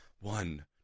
one